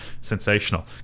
Sensational